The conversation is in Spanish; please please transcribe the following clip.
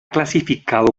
clasificado